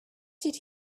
did